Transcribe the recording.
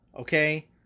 Okay